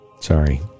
Sorry